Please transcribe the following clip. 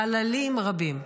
חללים רבים.